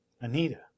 Anita